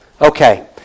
Okay